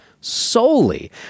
solely